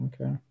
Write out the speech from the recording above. okay